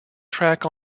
track